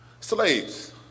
Slaves